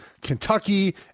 Kentucky